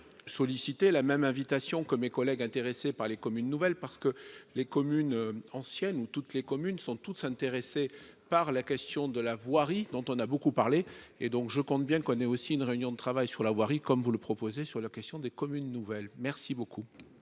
solliciter la même invitation comme mes collègues, intéressés par les communes nouvelles parce que les communes anciennes ou toutes les communes sont tous intéressés par la question de la voirie dont on a beaucoup parlé, et donc je compte bien qu'on ait aussi une réunion de travail sur la voirie, comme vous le proposez sur la question des communes nouvelles merci beaucoup.